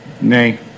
Nay